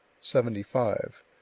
Seventy-five